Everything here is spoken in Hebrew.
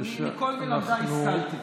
מכל מלמדיי השכלתי.